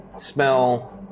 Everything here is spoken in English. smell